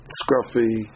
scruffy